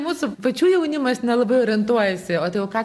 mūsų pačių jaunimas nelabai orientuojasi o tai jau ką